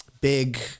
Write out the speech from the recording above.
big